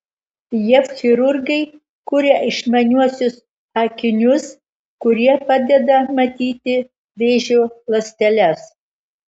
jav chirurgai kuria išmaniuosius akinius kurie padeda matyti vėžio ląsteles